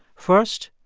first,